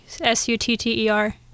S-U-T-T-E-R